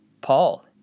Paul